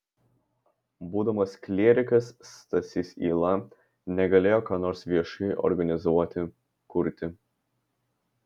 būdamas klierikas stasys yla negalėjo ką nors viešai organizuoti kurti